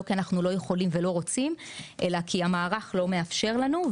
לא כי אנחנו לא יכולים ולא רוצים אלא כי המערך לא מאפשר לנו.